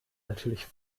natürlich